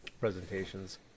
presentations